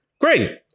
great